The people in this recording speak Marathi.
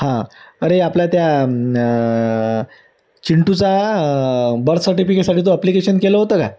हां अरे आपल्या त्या चिंटूचा बर्थ सर्टिफिकेटसाठी तू अप्लिकेशन केलं होतं का